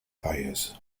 fires